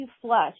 flush